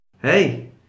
Hey